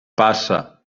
passa